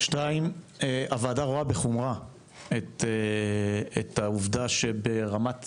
הוועדה רואה בחומרה את העובדה שברמת